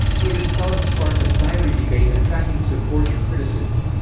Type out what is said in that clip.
her response sparked a fiery debate attracting support and criticism.